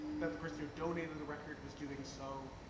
that the person who donated the record was doing so.